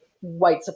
white